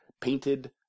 painted